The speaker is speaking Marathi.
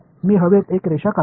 मी हवेत एक रेषा काढली